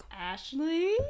Ashley